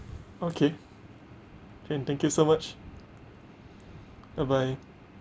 okay can thank you so much bye bye